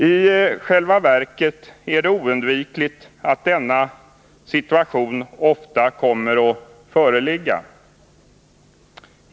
I själva verket är det oundvikligt att denna situation ofta kommer att föreligga.